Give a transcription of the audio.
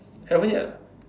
haven't yet ah